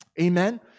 Amen